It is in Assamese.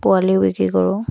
পোৱালিও বিক্ৰী কৰোঁ